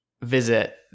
visit